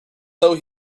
though